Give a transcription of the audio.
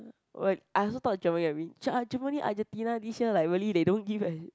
I also thought Germany will win Ger~ uh Germany Argentina this year like really they don't give a